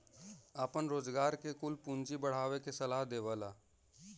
आपन रोजगार के कुल पूँजी बढ़ावे के सलाह देवला